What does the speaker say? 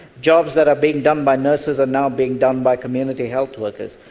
jobs that are being done by nurses are now being done by community health workers.